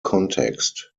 context